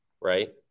right